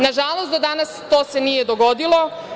Nažalost, do danas to se nije dogodilo.